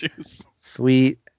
sweet